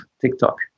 TikTok